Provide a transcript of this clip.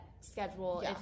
schedule